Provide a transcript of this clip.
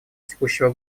текущего